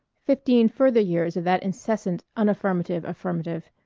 fifteen further years of that incessant unaffirmative affirmative,